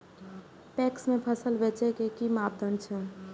PACS में फसल बेचे के कि मापदंड छै?